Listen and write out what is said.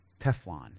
Teflon